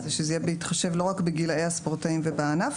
שזה יהיה בהתחשב לא רק בגילאי הספורטאים ובענף,